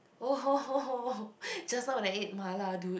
just now when I ate mala dude